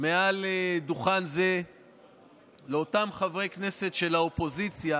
מעל דוכן זה לאותם חברי כנסת של האופוזיציה